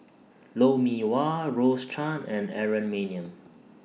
Lou Mee Wah Rose Chan and Aaron Maniam